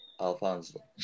Alfonso